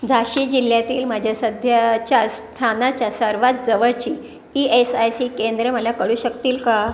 झाशी जिल्ह्यातील माझ्या सध्याच्या स्थानाच्या सर्वात जवळची ई एस आय सी केंद्रे मला कळू शकतील का